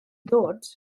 ddod